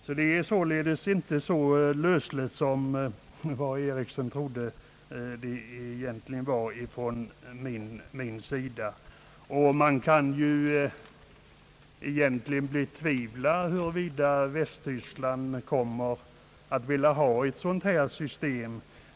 Mitt uttalande var alltså inte så lösligt som herr Eriksson trodde, och jag betvivlar att Västtyskland kommer att vilja ha ett sådant här system.